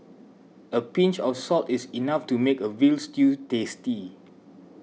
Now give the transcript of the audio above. a pinch of salt is enough to make a Veal Stew tasty